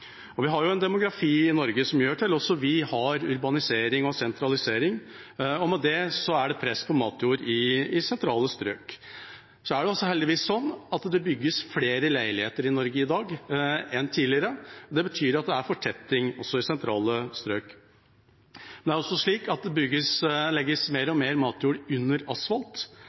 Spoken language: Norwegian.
Vi har en demografi i Norge som gjør at også vi har urbanisering og sentralisering, og med det er det press på matjord i sentrale strøk. Det er også heldigvis sånn at det bygges flere leiligheter i Norge i dag enn tidligere. Det betyr at det er fortetting i sentrale strøk. Det er også slik at det legges mer og mer matjord under